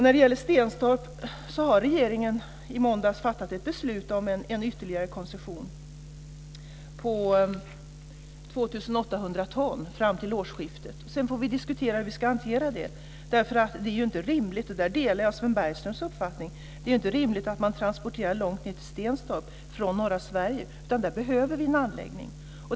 När det gäller Stenstorp fattade regeringen i måndags ett beslut om en ytterligare koncession på 2 800 ton fram till årsskiftet. Sedan får vi diskutera hur vi ska hantera detta. Det är ju inte rimligt, och där delar jag Sven Bergströms uppfattning, att man från norra Sverige transporterar långt ned till Stenstorp. Vi behöver en anläggning.